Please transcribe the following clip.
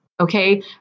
Okay